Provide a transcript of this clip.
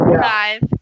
five